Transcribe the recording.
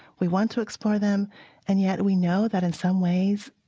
we want to explore them and yet we know that, in some ways,